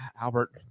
Albert